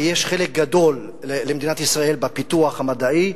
ויש חלק גדול למדינת ישראל בפיתוח המדעי,